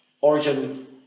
Origin